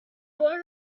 boy